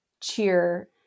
cheer